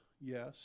Yes